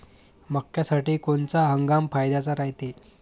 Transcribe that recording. मक्क्यासाठी कोनचा हंगाम फायद्याचा रायते?